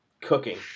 cooking